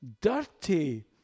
dirty